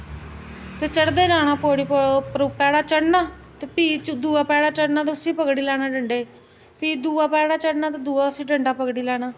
ते चढ़दे जाना पौड़ी उप्पर चढ़दे जाना पैड़ा चढ़ना ते भी दूआ पैड़ा चढ़ना उसी पकड़ी लैना डंडे गी फ्ही दूआ पैड़ा चढ़ना फ्ही दूआ उसी डंडा पगड़ी लैना